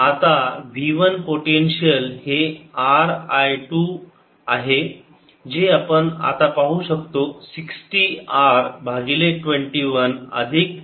आता V one potential हे R I 2 आहे जे आपण आता पाहू शकतो 60 R भागिले 21 अधिक 10 R आहे